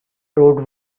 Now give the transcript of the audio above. road